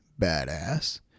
badass